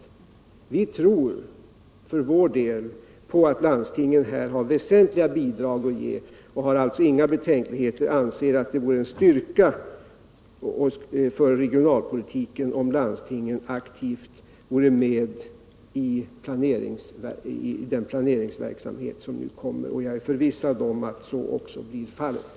Vitror för vår del att landstingen här har väsentliga bidrag att ge. Vi har alltså inga betänkligheter och anser att det vore en styrka för regionalpolitiken om landstingen aktivt vore med i den planering som nu kommer. Jag är förvissad om att så också blir fallet.